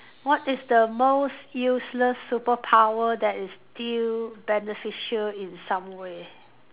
what is the most useless superpower that is still beneficial in some way